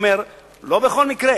אומר: לא בכל מקרה,